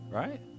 right